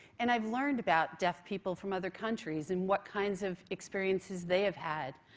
and i've learned about deaf people from other countries and what kinds of experiences they have had.